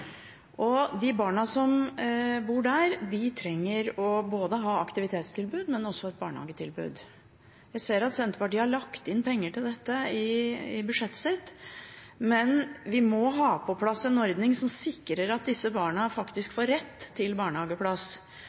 uansett. De barna som bor der, trenger å ha både aktivitetstilbud og et barnehagetilbud. Jeg ser at Senterpartiet har lagt inn penger til dette i budsjettet sitt, men vi må ha på plass en ordning som sikrer at disse barna faktisk får rett til barnehageplass,